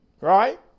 Right